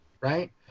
right